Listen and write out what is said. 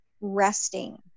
resting